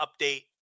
update